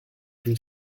two